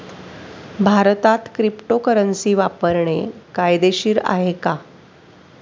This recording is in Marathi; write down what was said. भारतात क्रिप्टोकरन्सी वापरणे कायदेशीर आहे का?